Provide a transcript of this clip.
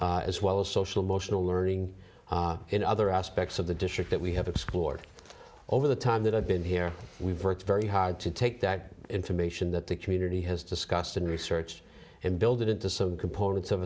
budget as well as social emotional learning in other aspects of the district that we have explored over the time that i've been here we've worked very hard to take that information that the community has discussed and research and build it into some components of